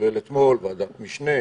כולל אתמול בוועדת משנה,